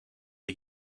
are